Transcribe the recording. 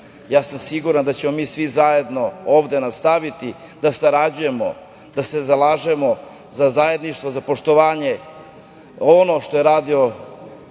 Dačić. Siguran sam da ćemo mi svi zajedno ovde nastaviti da sarađujemo, da se zalažemo za zajedništvo, za poštovanje, ono što je radio